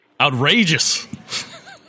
outrageous